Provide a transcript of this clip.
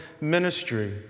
ministry